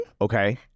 Okay